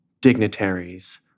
dignitaries